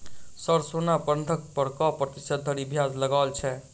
Sir सोना बंधक पर कऽ प्रतिशत धरि ब्याज लगाओल छैय?